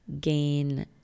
gain